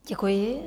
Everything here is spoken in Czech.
Děkuji.